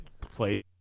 play